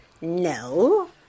no